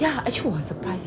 yeah actually 我很 surprise eh